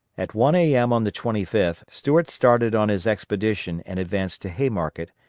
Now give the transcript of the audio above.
at one a m. on the twenty fifth, stuart started on his expedition and advanced to haymarket,